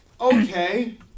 Okay